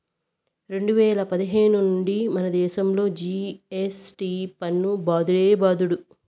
రెండు వేల పదిహేను నుండే మనదేశంలో జి.ఎస్.టి పన్ను బాదుడే బాదుడు